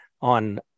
on